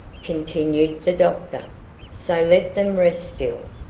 continued the doctor so let them rest still,